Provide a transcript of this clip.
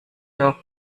doch